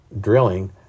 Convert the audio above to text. drilling